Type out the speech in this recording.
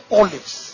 olives